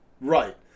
Right